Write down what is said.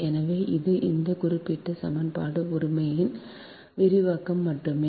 எனவே இது இந்த குறிப்பிட்ட சமன்பாடு உரிமையின் விரிவாக்கம் மட்டுமே